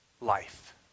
life